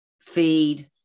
feed